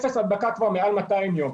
אפס הדבקה כבר מעל 200 יום.